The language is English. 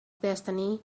destiny